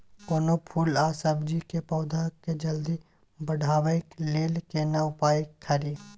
कोनो फूल आ सब्जी के पौधा के जल्दी बढ़ाबै लेल केना उपाय खरी?